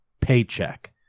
Paycheck